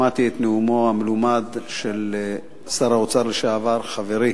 שמעתי את נאומו המלומד של שר האוצר לשעבר, חברי